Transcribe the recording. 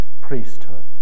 priesthood